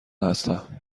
هستم